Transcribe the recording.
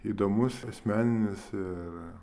įdomus asmeninis ir